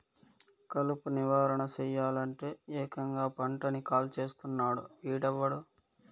కలుపు నివారణ సెయ్యలంటే, ఏకంగా పంటని కాల్చేస్తున్నాడు వీడెవ్వడు